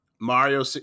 Mario